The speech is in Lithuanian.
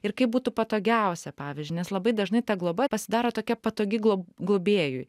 ir kaip būtų patogiausia pavyzdžiui nes labai dažnai ta globa pasidaro tokia patogi glob globėjui